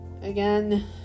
Again